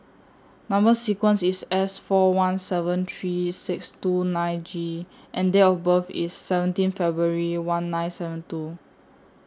Number sequence IS S four one seven three six two nine G and Date of birth IS seventeen February one nine seven two